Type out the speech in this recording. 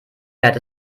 fährt